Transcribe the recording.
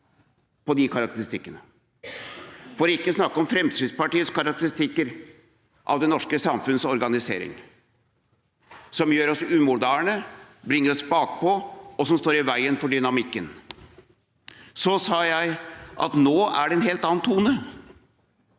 på de karakteristikkene – for ikke å snakke om Fremskrittspartiets karakteristikker om at det norske samfunns organisering gjør oss umoderne, bringer oss bakpå og står i veien for dynamikken. Så sa jeg at det nå er en helt annen tone,